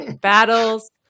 Battles